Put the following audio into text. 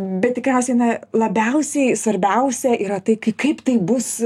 bet tikriausiai na labiausiai svarbiausia yra tai kai kaip tai bus